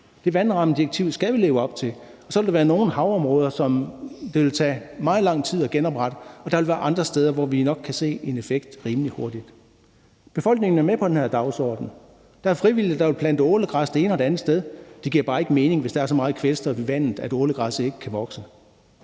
Det vandrammedirektiv skal vi leve op til. Så vil der være nogle havområder, som det vil tage meget lang tid at genoprette, og der vil være andre steder, hvor vi nok kan se en effekt rimelig hurtigt. Befolkningen er med på den her dagsorden. Der er frivillige, der vil plante ålegræs det ene og det andet sted. Det giver bare ikke mening, hvis der er så meget kvælstof i vandet, at ålegræsset ikke kan vokse.